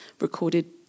recorded